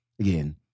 again